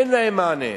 אין להם מענה.